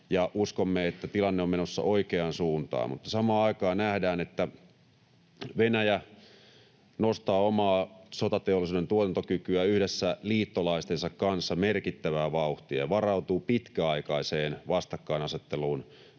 uskomme, että tilanne on menossa oikeaan suuntaan, mutta samaan aikaan nähdään, että Venäjä nostaa omaa sotateollisuuden tuotantokykyään yhdessä liittolaistensa kanssa merkittävää vauhtia ja varautuu pitkäaikaiseen vastakkainasetteluun